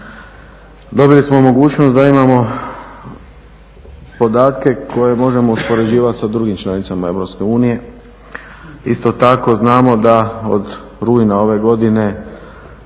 dobili smo mogućnost da imamo podatke koje možemo uspoređivati sa drugim članicama EU. Isto tako znamo da od rujna ove godine